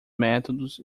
métodos